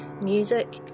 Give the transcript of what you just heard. Music